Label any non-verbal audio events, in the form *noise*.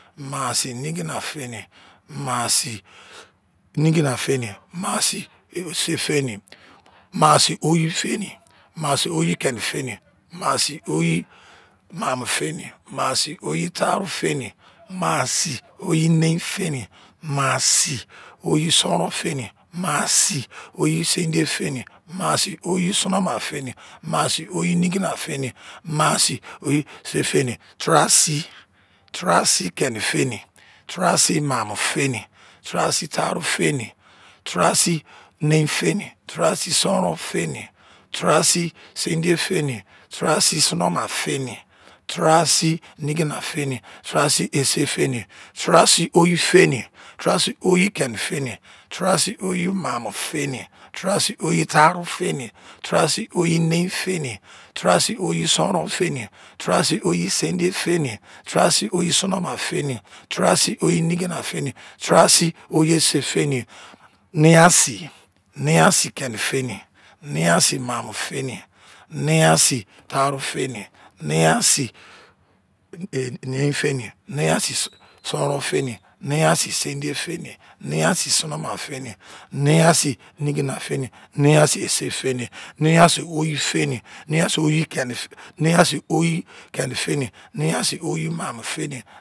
Maa sii nigina-feni, maa sii ise-feni, maa sii oyi feni, maa sii oyi keni feni, maa sii oyi maamo feni, maa sii oyi taaro-feni, maa sii oyi nein feni, maa sii oyi sonron-feni, maa sii oyi sinfiye-feni, maa sii oyi sonoma-feni, maa sii oyi nigina-feni, maa sii oyi ise-feni, taara sii, taara sii keni feni, taara sii maamo-feni, taara sii taarọ-feni, taara sii nein-feni, taara sii sonron-feni, taara sii sindiye feni, taara sii sonoma-feni, taara sii nigina-feni, taara sii ise-feni, taara sii oyi-keni-feni, taara sii oyi-maamo-feni, taara sii oyi-taaro-feni, taara sii oyi-nein-feni, taara sii oyi-sonron-feni, taara sii oyi-sindiye-feni, taara sii oyi-sonoma-feni, taara sii oyi-nigina-feni, taara sii oyi-ise-feni, nein a sii, nein a sii keni-feni, nein a sii maamọ-feni, nein a sii taarụ-feni, nein a sii *hesitation* nein-feni, nein a sii sọnrọn-feni, nein a sii sindiye-feni, nein a sii nigina-feni, nein a sii ise-feni, nein a sii oyi-feni, nein a sii oyi-keni-feni, nein a sii oyi-maamọ-feni